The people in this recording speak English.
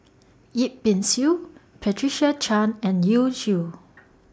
Yip Pin Xiu Patricia Chan and Yu Zhuye